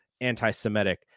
anti-Semitic